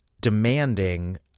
demanding